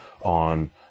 on